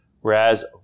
whereas